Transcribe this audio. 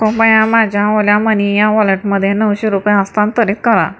कृपया माझ्या ओला मनी ह्या वॉलेटमधे नऊशे रुपये हस्तांतरित करा